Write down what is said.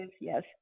yes